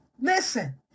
Listen